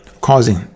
causing